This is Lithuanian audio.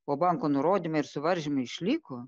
o banko nurodymai ir suvaržymai išliko